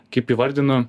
kaip įvardinu